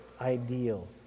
ideal